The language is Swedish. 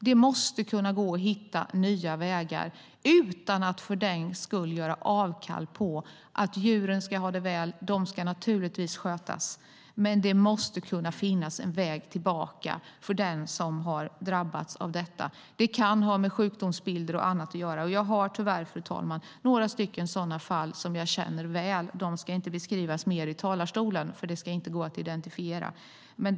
Det måste kunna gå att hitta nya vägar utan att för den skull göra avkall på att djuren ska ha det väl - de ska naturligtvis skötas. Men det måste kunna finnas en väg tillbaka för den som har drabbats av detta. Det kan ha med sjukdomsbilder och annat att göra. Jag känner tyvärr, fru talman, väl till några sådana fall, men de ska inte beskrivas i talarstolen då det inte ska gå att identifiera dem.